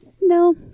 No